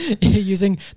using